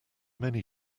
many